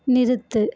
நிறுத்து